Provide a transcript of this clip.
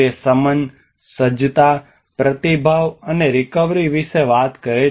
તે શમન સજ્જતા પ્રતિભાવ અને રીકવરી વિશે વાત કરે છે